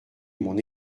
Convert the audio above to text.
mon